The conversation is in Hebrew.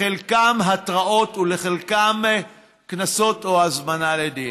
לחלקם התראות ולחלקם קנסות או הזמנה לדין.